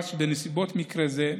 נדרש בנסיבות מקרה זה,